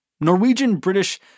Norwegian-British